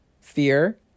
fear